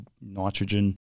nitrogen